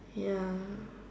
ya